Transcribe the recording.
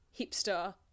hipster